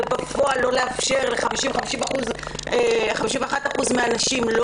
ובפועל לא לאפשר ל-51% מן העם,